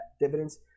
dividends